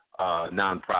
nonprofit